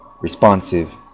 responsive